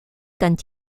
quand